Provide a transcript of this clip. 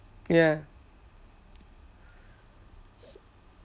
ya